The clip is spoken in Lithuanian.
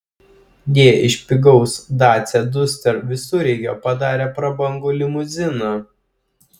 jie iš pigaus dacia duster visureigio padarė prabangų limuziną